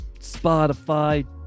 Spotify